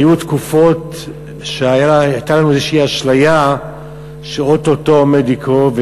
היו תקופות שהייתה לנו איזו אשליה שאו-טו-טו עומד לקרות,